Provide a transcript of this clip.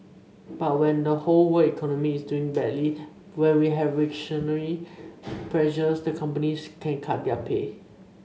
but when the whole week economy is doing badly when we have recessionary pressures the companies can cut their pay